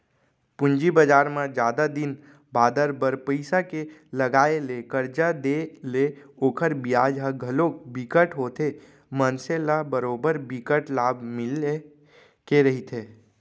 पूंजी बजार म जादा दिन बादर बर पइसा के लगाय ले करजा देय ले ओखर बियाज ह घलोक बिकट होथे मनसे ल बरोबर बिकट लाभ मिले के रहिथे